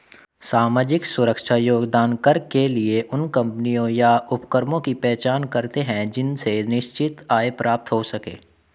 सामाजिक सुरक्षा योगदान कर के लिए उन कम्पनियों या उपक्रमों की पहचान करते हैं जिनसे निश्चित आय प्राप्त हो सके